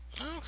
Okay